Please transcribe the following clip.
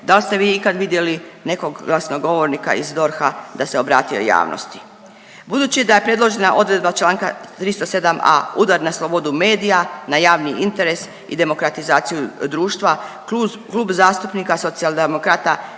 Da li ste vi ikad vidjeli nekog glasnogovornika iz DORH-a da se obratio javnosti? Budući da je predložena odredba članka 307a. udar na slobodu medija, na javni interes i demokratizaciju društva Klub zastupnika Socijaldemokrata